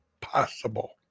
possible